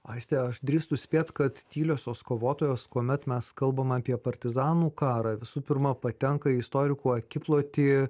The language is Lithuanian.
aiste aš drįstu spėt kad tyliosios kovotojos kuomet mes kalbam apie partizanų karą visų pirma patenka į istorikų akiplotį